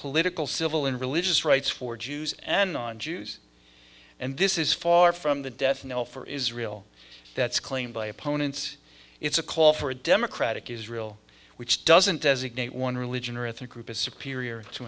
political civil and religious rights for jews and on jews and this is far from the death knell for israel that's claimed by opponents it's a call for a democratic israel which doesn't designate one religion or ethnic group is superior to